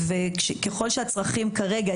ככל שהצרכים כרגע,